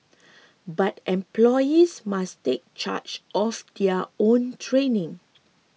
but employees must take charge of their own training